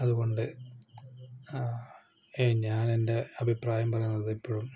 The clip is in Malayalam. അതുകൊണ്ട് ഞാനെൻ്റെ അഭിപ്രായം പറയുന്നത് എപ്പോഴും